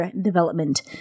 development